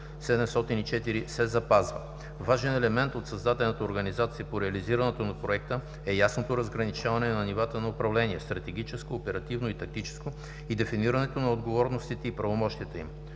ОХ-704, се запазва. Важен елемент от създадената организация по реализацията на Проекта е ясното разграничаване на нивата на управление: стратегическо, оперативно и тактическо и дефинирането на отговорностите и правомощията им.